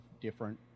different